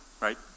Right